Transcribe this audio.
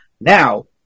Now